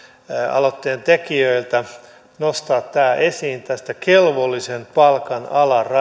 aloitteen tekijöiltä nostaa esiin tästä kelvollisen palkan